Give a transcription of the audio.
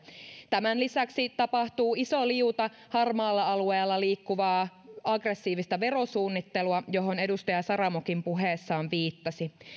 tämän lisäksi tapahtuu iso liuta harmaalla alueella liikkuvaa aggressiivista verosuunnittelua johon edustaja saramokin puheessaan viittasi